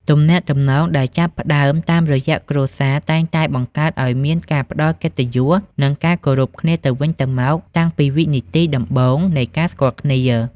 ទំនាក់ទំនងដែលចាប់ផ្តើមតាមរយៈគ្រួសារ តែងតែបង្កើតឱ្យមានការផ្ដល់កិត្តិយស និងការគោរពគ្នាទៅវិញទៅមកតាំងពីវិនាទីដំបូងនៃការស្គាល់គ្នា។